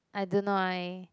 I deny